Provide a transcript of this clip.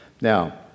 Now